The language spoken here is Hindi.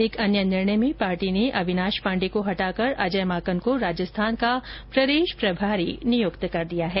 एक अन्य निर्णय में पार्टी ने अविनाश पांडे को हटाकर अजय माकन को राजस्थान का प्रदेश प्रभारी नियुक्त किया है